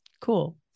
Cool